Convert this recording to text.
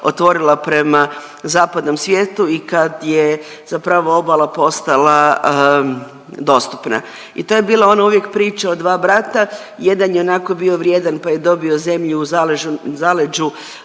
otvorila prema zapadnom svijetu i kad je zapravo obala postala dostupna. I to je bilo ono uvijek priča o dva brata, jedan je onako bio vrijedan pa je dobio zemlju u zaleđu